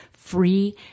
Free